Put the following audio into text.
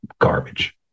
garbage